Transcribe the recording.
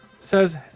says